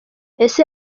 ese